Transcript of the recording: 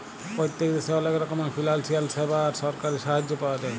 পত্তেক দ্যাশে অলেক রকমের ফিলালসিয়াল স্যাবা আর সরকারি সাহায্য পাওয়া যায়